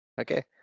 okay